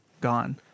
gone